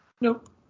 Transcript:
Nope